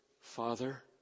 Father